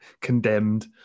condemned